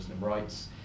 rights